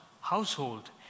household